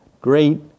great